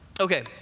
Okay